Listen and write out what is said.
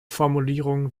formulierungen